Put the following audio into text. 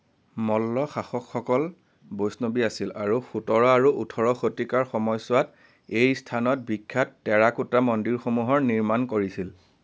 মল্ল শাসকসকল বৈষ্ণৱী আছিল আৰু সোতৰ আৰু ওঠৰ শতিকাৰ সময়ছোৱাত এই স্থানত বিখ্যাত টেৰাকোটা মন্দিৰসমূহৰ নিৰ্মাণ কৰিছিল